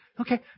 Okay